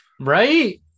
Right